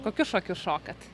kokius šokius šokat